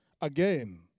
again